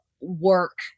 work